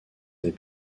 des